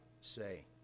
say